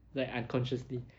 like unconsciously